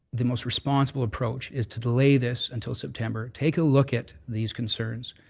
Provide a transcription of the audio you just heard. the most responsible approach is to delay this until september. take a look at these concerns.